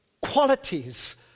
qualities